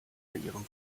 ihrem